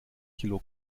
kilo